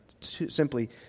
simply